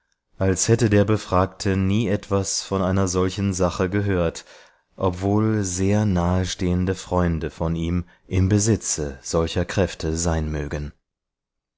als hätte der befragte nie etwas von einer solchen sache gehört obwohl sehr nahestehende freunde von ihm im besitze solcher kräfte sein mögen